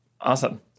awesome